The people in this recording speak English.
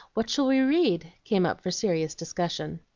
what shall we read? came up for serious discussion.